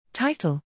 Title